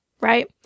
Right